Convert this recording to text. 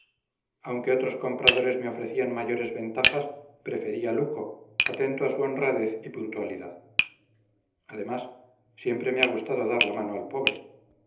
aunque otros compradores me ofrecían mayores ventajas preferí a luco atento a su honradez y puntualidad además siempre me ha gustado dar la mano al pobre